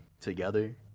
together